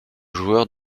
joueur